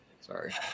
sorry